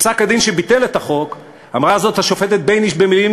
בפסק-הדין שביטל את החוק אמרה זאת השופטת בייניש במילים